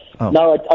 No